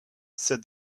said